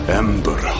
ember